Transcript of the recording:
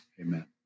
Amen